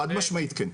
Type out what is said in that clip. חד-משמעית כן.